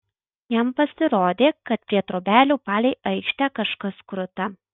jam pasirodė kad prie trobelių palei aikštę kažkas kruta